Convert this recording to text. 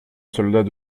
soldat